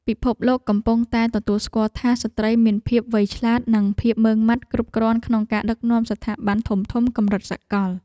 ពិភពលោកកំពុងតែទទួលស្គាល់ថាស្ត្រីមានភាពវៃឆ្លាត និងភាពម៉ឺងម៉ាត់គ្រប់គ្រាន់ក្នុងការដឹកនាំស្ថាប័នធំៗកម្រិតសកល។